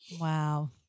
Wow